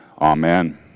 Amen